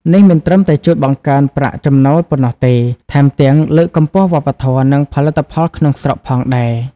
នេះមិនត្រឹមតែជួយបង្កើនប្រាក់ចំណូលប៉ុណ្ណោះទេ ថែមទាំងលើកកម្ពស់វប្បធម៌ និងផលិតផលក្នុងស្រុកផងដែរ។